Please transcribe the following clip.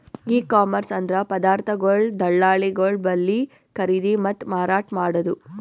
E commerce ಅಂದ್ರ ಪದಾರ್ಥಗೊಳ್ ದಳ್ಳಾಳಿಗೊಳ್ ಬಲ್ಲಿ ಖರೀದಿ ಮತ್ತ್ ಮಾರಾಟ್ ಮಾಡದು